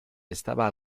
estaba